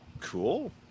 cool